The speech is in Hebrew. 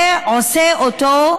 זה עושה את כל